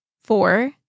Four